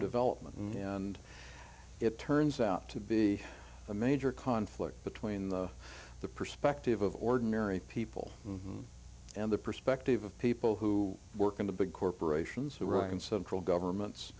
development and it turns out to be a major conflict between the the perspective of ordinary people and the perspective of people who work in the big corporations who run central governments